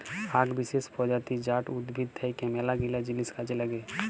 আক বিসেস প্রজাতি জাট উদ্ভিদ থাক্যে মেলাগিলা জিনিস কাজে লাগে